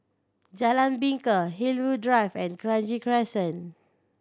Jalan Bingka Hillview Drive and Kranji Crescent